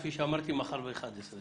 כפי שאמרתי, מחר ב-11:00.